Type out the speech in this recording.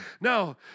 No